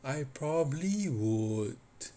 I probably would